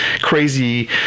crazy